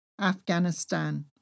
Afghanistan